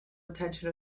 intention